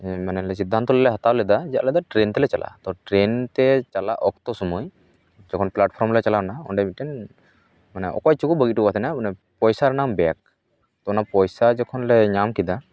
ᱢᱟᱱᱮ ᱥᱤᱫᱷᱟᱱᱛᱚ ᱞᱮ ᱦᱟᱛᱟᱣ ᱞᱮᱫᱟ ᱡᱮ ᱟᱞᱮᱫᱚ ᱴᱨᱮᱱ ᱛᱮᱞᱮ ᱪᱟᱞᱟᱜᱼᱟ ᱛᱳ ᱴᱨᱮᱱ ᱛᱮ ᱪᱟᱞᱟᱜ ᱚᱠᱛᱚ ᱥᱚᱢᱭ ᱡᱚᱠᱷᱚᱱ ᱯᱮᱞᱟᱴ ᱯᱷᱚᱨᱚᱢ ᱞᱮ ᱪᱟᱞᱟᱣ ᱮᱱᱟ ᱚᱸᱰᱮ ᱢᱤᱫᱴᱮᱱ ᱢᱟᱱᱮ ᱚᱠᱚᱭ ᱪᱚᱠᱚ ᱵᱟᱹᱜᱤ ᱚᱴᱚ ᱟᱠᱟᱫ ᱛᱟᱦᱮᱱᱟ ᱯᱚᱭᱥᱟ ᱨᱮᱱᱟᱜ ᱵᱮᱜ ᱛᱳ ᱚᱱᱟ ᱯᱚᱭᱥᱟ ᱡᱚᱠᱷᱚᱱ ᱞᱮ ᱧᱟᱢ ᱠᱮᱫᱟ